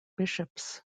bishops